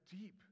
deep